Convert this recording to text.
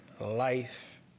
life